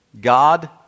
God